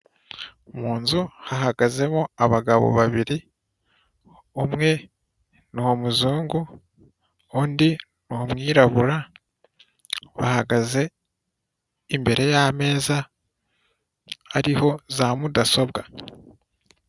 Mu nzu hahagazemo abagabo babiri, umwe ni umuzungu, undi ni umwirabura, bahagaze imbere y'ameza ariho za mudasobwa.